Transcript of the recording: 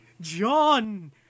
John